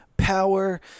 Power